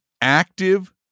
Active